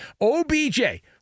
OBJ